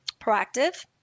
proactive